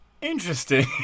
Interesting